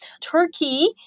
Turkey